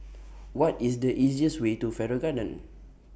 What IS The easiest Way to Farrer Garden